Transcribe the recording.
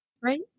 Right